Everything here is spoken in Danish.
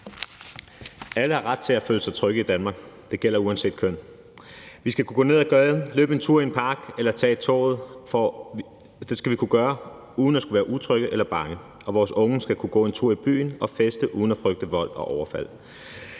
Alle har ret til at føle sig trygge i Danmark, og det gælder, uanset hvilket køn man har. Vi skal kunne gå ned ad gaden, løbe en tur i en park eller tage toget, og det skal vi kunne gøre uden at skulle være utrygge eller bange, og vores unge skal kunne gå en tur i byen og feste uden at frygte vold og overfald.